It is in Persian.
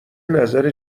نظر